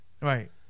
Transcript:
Right